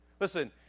Listen